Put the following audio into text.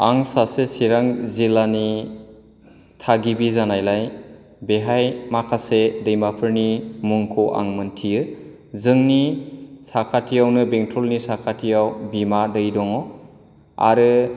आं सासे चिरां जिल्लानि थागिबि जानायलाय बेवहाय माखासे दैमाफोरनि मुंखौ आं मिथियो जोंनि साखाथियावनो बेंटलनि साखाथियाव बिमा दै दङ आरो